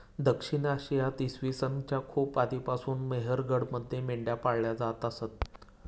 दक्षिण आशियात इसवी सन च्या खूप आधीपासून मेहरगडमध्ये मेंढ्या पाळल्या जात असत